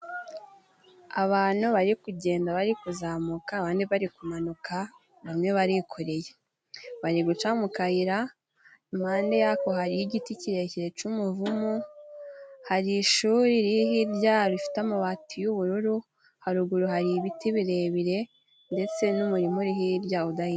Abantu bari kugenda bari kuzamuka, abandi bari kumanuka bamwe barikoreye, bari guca mu kayira impande yako hari igiti kirekire cy'umuvumu, hari ishuri riri hirya rifite amabati y'ubururu, haruguru hari ibiti birebire ndetse n'umurima uri hirya udahinka.